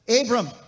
Abram